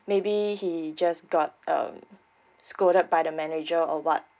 maybe he just got um scolded by the manager or what